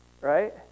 right